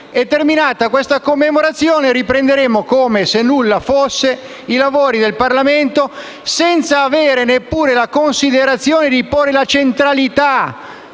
e, terminata questa commemorazione, riprenderemo, come se nulla fosse, i lavori del Parlamento, senza avere neppure la considerazione di attribuire la necessaria